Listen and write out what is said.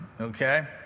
Okay